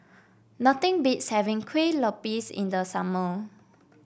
nothing beats having Kuih Lopes in the summer